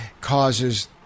causes